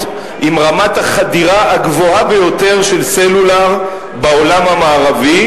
עם רמת החדירה הגבוהה ביותר של סלולר בעולם המערבי,